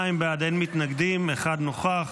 42 בעד, אין מתנגדים, אין נמנעים.